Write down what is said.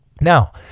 Now